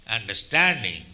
Understanding